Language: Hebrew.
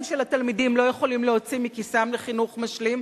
של התלמידים לא יכולים להוציא מכיסם לחינוך משלים,